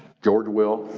george will.